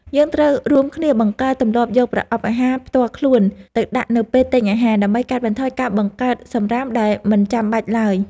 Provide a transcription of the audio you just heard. យើងត្រូវរួមគ្នាបង្កើតទម្លាប់យកប្រអប់អាហារផ្ទាល់ខ្លួនទៅដាក់នៅពេលទិញអាហារ ដើម្បីកាត់បន្ថយការបង្កើតសំរាមដែលមិនចាំបាច់ឡើយ។